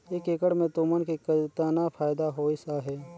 एक एकड़ मे तुमन के केतना फायदा होइस अहे